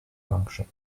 function